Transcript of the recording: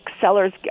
sellers